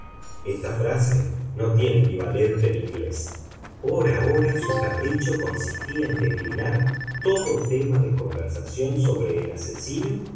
les ménageais esta frase no tiene equivalente en inglés por ahora su capricho consistía en declinar todo tema de conversación sobre el asesino